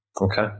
Okay